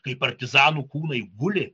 kai partizanų kūnai guli